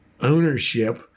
ownership